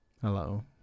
Hello